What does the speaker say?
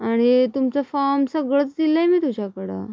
आणि तुमचं फॉर्म सगळंच दिलंय मी तुझ्याकडं